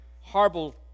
horrible